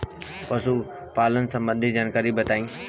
पशुपालन सबंधी जानकारी बताई?